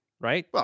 Right